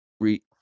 re